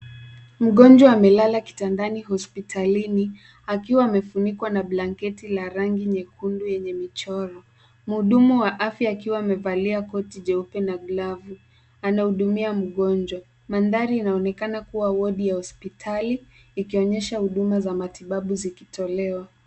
Mgonjwa amelala kitandani hospitalini akiwa amefunikwa na blanketi la rangi nyekundu yenye michoro. Mhudumu wa afya akiwa amevalia koti jeupe na glavu anahudumia mgonjwa. Mandhari inaonekana kuwa wodi ya hospitali ikionyesha huduma za matibabu zikitolewa.